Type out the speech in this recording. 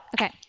Okay